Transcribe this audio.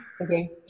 okay